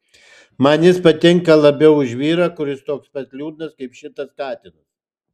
man jis patinka labiau už vyrą kuris toks pat liūdnas kaip šitas katinas